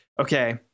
Okay